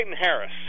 harris